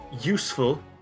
useful